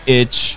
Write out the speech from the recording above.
itch